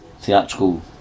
theatrical